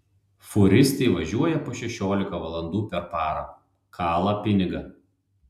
fūristai važiuoja po šešiolika valandų per parą kala pinigą